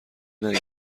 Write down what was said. نگه